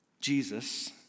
Jesus